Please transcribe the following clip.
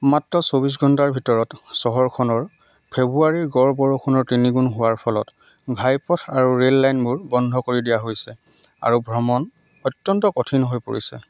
মাত্ৰ চৌব্বিছ ঘণ্টাৰ ভিতৰত চহৰখনৰ ফেব্ৰুৱাৰীৰ গড় বৰষুণৰ তিনিগুণ হোৱাৰ ফলত ঘাইপথ আৰু ৰে'ললাইনবোৰ বন্ধ কৰি দিয়া হৈছে আৰু ভ্ৰমণ অত্যন্ত কঠিন হৈ পৰিছে